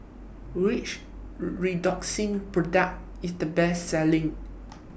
Which Redoxon Product IS The Best Selling